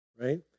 right